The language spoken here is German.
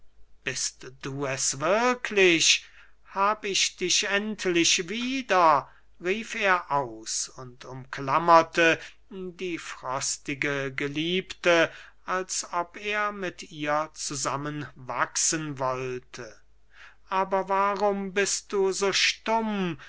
bist du es wirklich hab ich dich endlich wieder rief er aus und umklammerte die frostige geliebte als ob er mit ihr zusammenwachsen wollte aber warum bist du so stumm